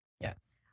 Yes